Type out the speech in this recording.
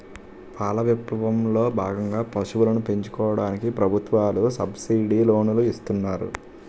పాల విప్లవం లో భాగంగా పశువులను పెంచుకోవడానికి ప్రభుత్వాలు సబ్సిడీ లోనులు ఇస్తున్నారు